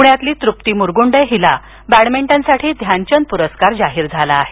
पुण्यातली तृप्ती मुरगुंडे हिला बॅडमिंटन साठी ध्यानचंद पुरस्कार जाहीर झाला आहे